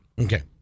Okay